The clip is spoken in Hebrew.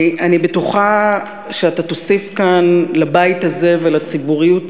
אני בטוחה שאתה תוסיף כאן לבית הזה ולציבוריות